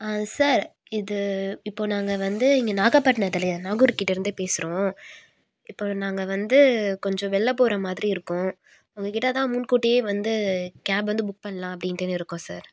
ஆ sir இது இப்போது நாங்கள் வந்து இங்கே நாகபட்னத்தில் நாகூர்கிட்ட இருந்து பேசுகிறோம் இப்போது நாங்கள் வந்து கொஞ்சம் வெளியில் போகிற மாதிரி இருக்கோம் உங்கள்கிட்ட தான் முன்கூட்டியே வந்து கேப் வந்து புக் பண்ணலாம் அப்படின்ட்டுனு இருக்கோம் சார்